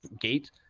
gate